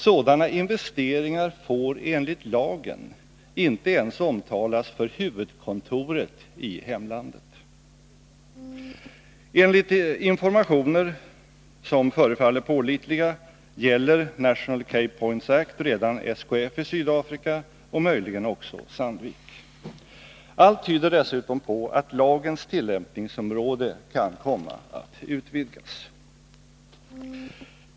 Sådana investeringar får enligt lagen inte ens omtalas för huvudkontoret i hemlandet. Enligt informationer som förefaller pålitliga gäller National Key Points Act redan SKF i Sydafrika och möjligen också Sandvik. Allt tyder dessutom på att lagens tillämpningsområde kan komma att utvidgas.